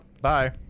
bye